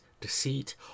deceit